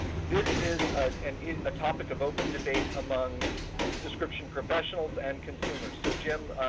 this is ah and a topic of open debate among description professionals and consumers. so jim,